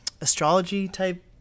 astrology-type